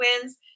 wins